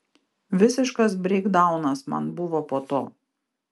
visiškas breikdaunas man buvo po to